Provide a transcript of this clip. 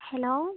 hello